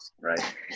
Right